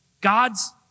God's